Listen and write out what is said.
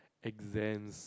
exams